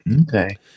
Okay